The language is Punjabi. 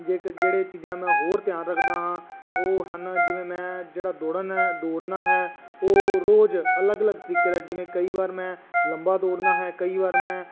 ਜੇ ਜਿਹੜੇ ਚੀਜ਼ਾਂ ਮੈਂ ਹੋਰ ਧਿਆਨ ਰੱਖਦਾ ਹਾਂ ਉਹ ਹਨ ਜਿਵੇਂ ਮੈਂ ਜਿਹੜਾ ਦੋੜਨ ਹੈ ਦੌੜਨਾ ਹੈ ਉਹ ਰੋਜ਼ ਅਲੱਗ ਅਲੱਗ ਤਰੀਕੇ ਦਾ ਜਿਵੇਂ ਕਈ ਵਾਰ ਮੈਂ ਲੰਬਾ ਦੌੜਨਾ ਹੈ ਕਈ ਵਾਰ ਮੈਂ